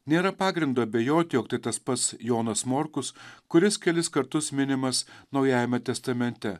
nėra pagrindo abejoti jog tai tas pats jonas morkus kuris kelis kartus minimas naujajame testamente